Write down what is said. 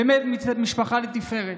באמת משפחה לתפארת.